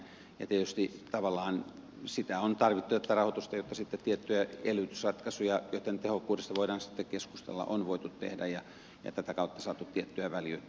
tietysti tavallaan on tarvittu tätä rahoitusta jotta sitten tiettyjä elvytysratkaisuja joitten tehokkuudesta voidaan keskustella on voitu tehdä ja tätä kautta on saatu pitkä väli